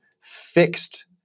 fixed